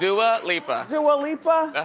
dua lipa. dua lipa?